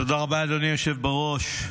תודה רבה, אדוני היושב בראש.